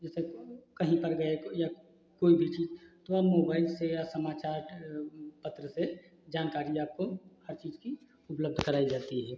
जैसे कि कहीं पर गए या कोई भी चीज़ तो आप मोबाइल से या समाचार पत्र से जानकारी आपको हर चीज़ की उपलब्ध कराई जाती है